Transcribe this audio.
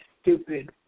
stupid